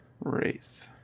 Wraith